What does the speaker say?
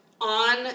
on